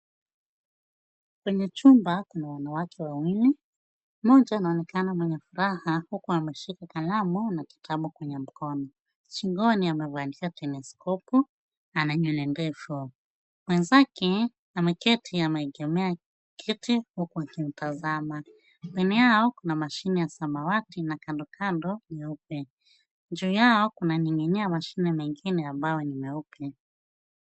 Kwenye chumba kuna wanawake wawili. Mmoja anaonekana mwenye furaha huku ameshika kalamu na kitabu kwenye mkono. Shingoni amevalia teleskopu na ana nywele ndefu. Mwenzake ameketi ameegemea kiti huku akimtazama. Mbele yao kuna mashine ya samawati na kando kando nyeupe. Juu yao kunaning'inia mashine mengine ambayo ni meupe.